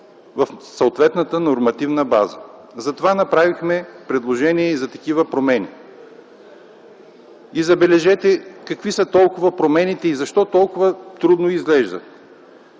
в съответната нормативна база. Затова направихме предложения за такива промени. Забележете какви са толкова промените и защо толкова трудни изглеждат.